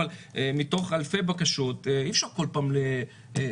אבל מתוך אלפי בקשות אי אפשר כל פעם להטריד